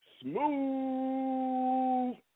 Smooth